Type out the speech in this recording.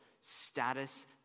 status